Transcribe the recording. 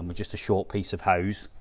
but just a short piece of hose